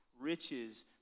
riches